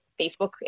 Facebook